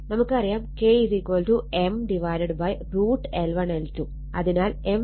നമുക്കറിയാം K M √ L1 L2 അതിനാൽ M K √ L1 L2